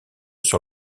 sur